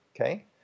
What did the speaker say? okay